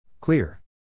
Clear